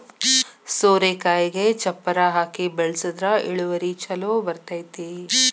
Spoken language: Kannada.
ಸೋರೆಕಾಯಿಗೆ ಚಪ್ಪರಾ ಹಾಕಿ ಬೆಳ್ಸದ್ರ ಇಳುವರಿ ಛಲೋ ಬರ್ತೈತಿ